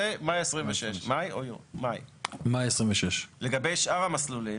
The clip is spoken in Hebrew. שזה מאי 2026. לגבי שאר המסלולים.